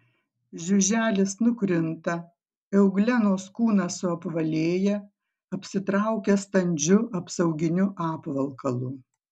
žiuželis nukrinta euglenos kūnas suapvalėja apsitraukia standžiu apsauginiu apvalkalu